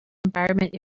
environment